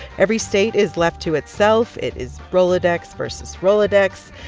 every state is left to itself. it is rolodex versus rolodex.